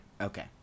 Okay